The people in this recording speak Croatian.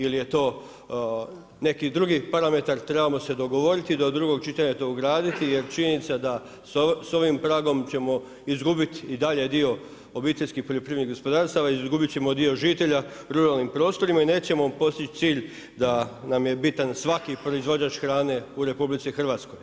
Ili je to neki drugi parametar trebamo se dogovoriti i do drugog čitanja to ugraditi jer činjenica sa ovim pragom ćemo izgubiti i dalje dio obiteljskih poljoprivrednih gospodarstava, izgubit ćemo dio žitelja u ruralnim prostorima i nećemo postići cilj da nam je bitan svaki proizvođač hrane u Republici Hrvatskoj.